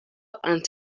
and